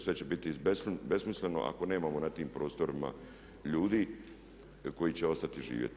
Sve će biti besmisleno ako nemamo na tim prostorima ljudi koji će ostati živjeti.